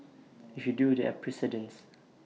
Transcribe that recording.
if you do there are precedents